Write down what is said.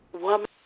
woman